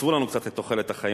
קיצרו לנו קצת את תוחלת החיים,